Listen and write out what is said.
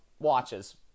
watches